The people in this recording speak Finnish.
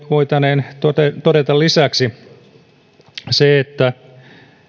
voitaneen todeta lisäksi se että